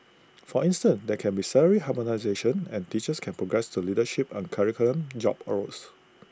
for instance there can be salary harmonisation and teachers can progress to leadership and curriculum job roles